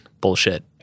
bullshit